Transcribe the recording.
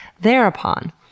thereupon